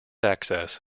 access